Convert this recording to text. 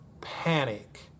panic